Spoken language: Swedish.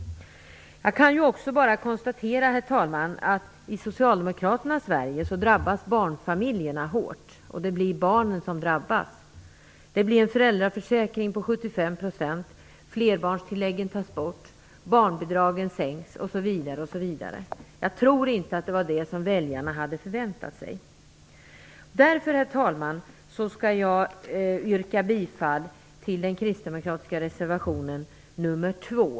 Jag kan bara konstatera, fru talman, att i Socialdemokraternas Sverige drabbas barnfamiljerna hårt. Det blir barnen som drabbas. Det blir en föräldraförsäkring på 75 %, flerbarnstillägget tas bort, barnbidragen sänks. Jag tror inte att det var det som väljarna hade förväntat sig. Därför, fru talman, skall jag yrka bifall till den kristdemokratiska reservationen nr 2.